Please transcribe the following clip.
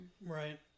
right